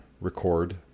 record